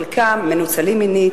חלקם מנוצלים מינית,